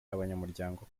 abanyamuryango